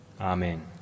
Amen